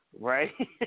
Right